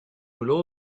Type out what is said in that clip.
will